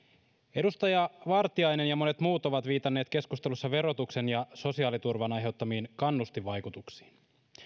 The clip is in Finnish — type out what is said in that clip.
edustaja vartiainen ja monet muut ovat viitanneet keskustelussa verotuksen ja sosiaaliturvan aiheuttamiin kannustinvaikutuksiin